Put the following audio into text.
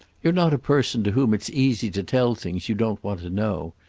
you're not a person to whom it's easy to tell things you don't want to know.